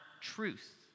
truth